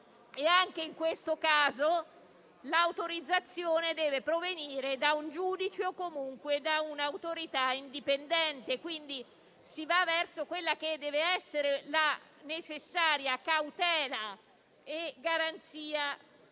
Anche in questo caso l'autorizzazione deve provenire da un giudice o comunque da un'autorità indipendente. Si va quindi verso quella che deve essere la necessaria cautela e garanzia